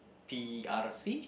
p_r_c